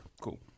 Cool